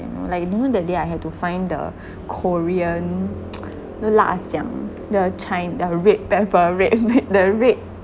like you know that day I had to find the korean the 辣酱 the chi~ the red pepper red red the red